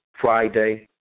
Friday